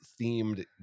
themed